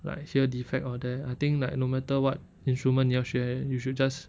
like here defect all that I think like no matter what instrument 你要学 you should just